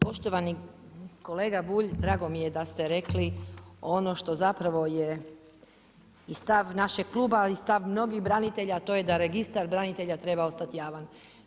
Poštovani kolega Bulj, drago mi je da ste rekli, ono što zapravo je i stav našeg kluba i stav mnogih branitelja, a to je da registar branitelja treba ostati javan.